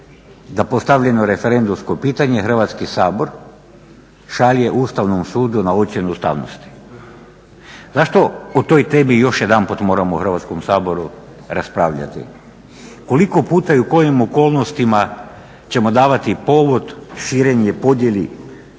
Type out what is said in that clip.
da postavljeno referendumsko pitanje Hrvatski sabor šalje Ustavnom sudu na ocjenu ustavnosti? Zašto o toj temi još jedanput moramo u Hrvatskom saboru raspravljati? Koliko puta i u kojim okolnostima ćemo davati povod … podjeli